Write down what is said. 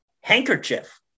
Handkerchief